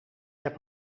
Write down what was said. heb